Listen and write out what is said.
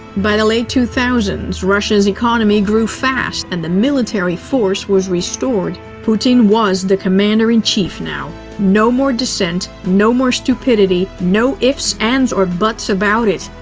by the late two thousand s, russia's economy grew fast, and the military force was restored. putin was the commander-in-chief now, no more dissent, no more stupidity, no ifs, ands, or buts about it.